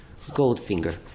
Goldfinger